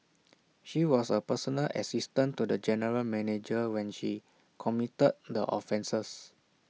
she was A personal assistant to the general manager when she committed the offences